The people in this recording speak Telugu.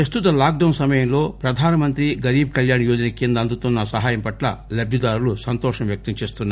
ప్రస్తుత లాక్ డౌన్ సమయం లో ప్రధానమంత్రి గరీట్ కళ్యాణ్ యోజన కింద అందుతున్న సహాయం పట్ల లబ్గిదారులు సంతోషం వ్యక్తం చేస్తున్నారు